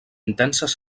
intenses